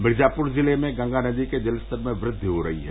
मिर्जापुर जिले में गंगा नदी के जलस्तर में वृद्धि हो रही है